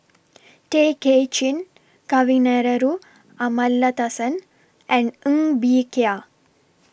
Tay Kay Chin Kavignareru Amallathasan and Ng Bee Kia